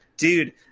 Dude